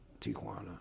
Tijuana